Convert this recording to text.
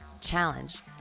challenge